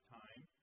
time